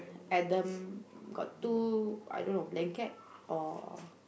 Adam got two I don't know blanket or